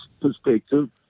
perspective